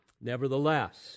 Nevertheless